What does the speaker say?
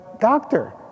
doctor